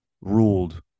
ruled